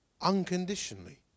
unconditionally